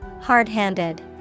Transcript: Hard-handed